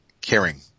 caring